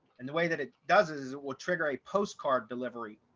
and the way that it does is will trigger a postcard delivery,